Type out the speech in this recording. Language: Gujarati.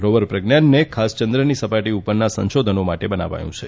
રોવર પ્રજ્ઞાનને ખાસ ચંદ્રની સપાટી પરના સંશોધનો માટે બનાવાયું છે